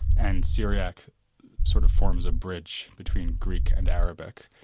and syriac sort of forms a bridge between greek and arabic.